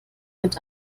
mit